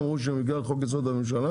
הם אמרו שבגלל חוק יסוד הממשלה,